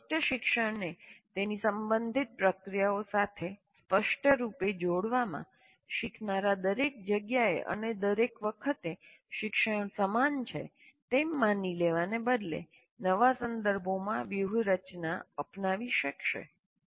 કોઈ સ્પષ્ટ શિક્ષણને તેની સંબંધિત પ્રક્રિયાઓ સાથે સ્પષ્ટ રૂપે જોડવામાં શીખનારા દરેક જગ્યાએ અને દરેક વખતે શિક્ષણ સમાન છે એમ માની લેવાને બદલે નવા સંદર્ભોમાં વ્યૂહરચના અપનાવી શકશે